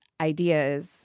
ideas